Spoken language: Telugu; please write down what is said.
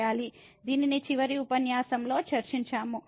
దీనిని చివరి ఉపన్యాసం లో చర్చించాము